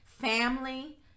family